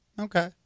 Okay